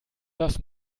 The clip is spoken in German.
dass